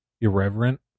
irreverent